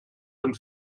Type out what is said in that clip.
von